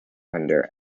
under